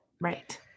Right